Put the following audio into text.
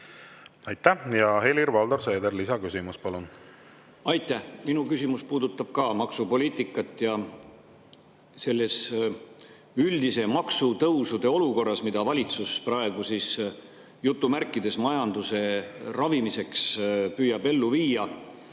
Aitäh! Helir-Valdor Seeder, lisaküsimus, palun! Aitäh! Minu küsimus puudutab ka maksupoliitikat. Selles üldises maksutõusude olukorras, mida valitsus praegu "majanduse ravimiseks" püüab ellu viia,